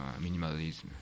minimalism